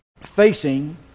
facing